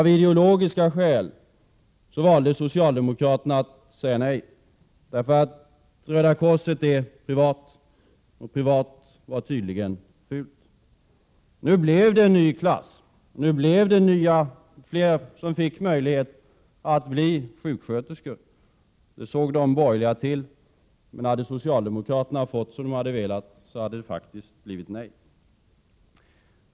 Av ideologiska skäl valde socialdemokraterna att säga nej, därför att Röda korset är privat, och privat är tydligen fult. Nu blev det en ny klass, och fler fick möjlighet att bli sjuksköterskor. Det såg de borgerliga till. Hade socialdemokraterna fått som de ville, hade det faktiskt blivit nej.